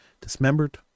dismembered